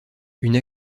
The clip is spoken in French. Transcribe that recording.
une